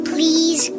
Please